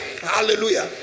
Hallelujah